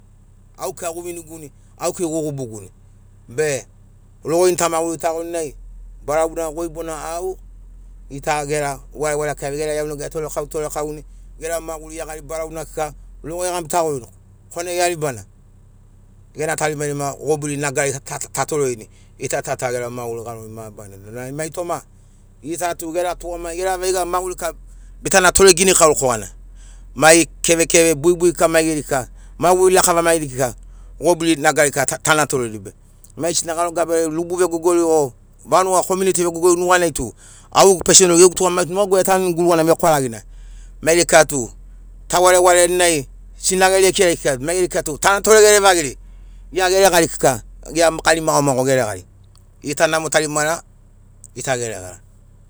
Au kei goviniguni au kei gogubuguni be rogo ini toma ta maguri tagoninai barauna goi bona au gita gera vere vere kika gera iaunega etorekau torekauni gera maguri iagari barauna kika rogo egabitagorini korana gia ribana gena tarimarima gobiri nugari tatorerini gita ta ta gera maguri garori mabarana nai mai toma gita tug era tugamagi gera veiga maguri kika bitana tore ginikau korana mai kevekeve buibui kika mai geri kika maguri lakava maigeri kika goburi nagari kika tana toreri be mai gesi garo gabirai rubu vegogori o vanuga komiuniti vegogori nuganai tu au gegu pesenol gegu tugamagi tu nugaguai etanuni gurugana vekwaragina maigeri kika tu tavarevareni nai sinage rekenai kika maigeri kika tu tana toregerevagi gia geregari kika gia gari mogo mago geregani namo tarimara gita geregara